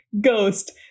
Ghost